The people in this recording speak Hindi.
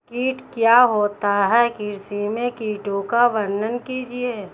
कीट क्या होता है कृषि में कीटों का वर्णन कीजिए?